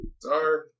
Sorry